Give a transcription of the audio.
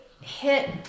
hit